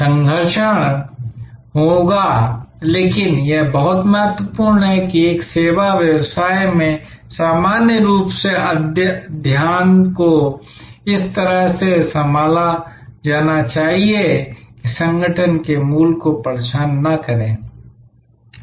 संघर्षण होगा लेकिन यह बहुत महत्वपूर्ण है कि एक सेवा व्यवसाय में सामान्य रूप से ध्यान को इस तरह से संभाला जाना चाहिए कि यह संगठन के मूल को परेशान न करे